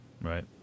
Right